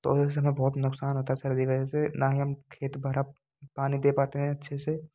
तो उसमें बहुत नुकसान होता सर्दी वजह से न ही हम खेत भरा पानी दे पाते हैं अच्छे से